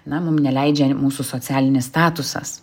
na mum neleidžia mūsų socialinis statusas